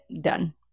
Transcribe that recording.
done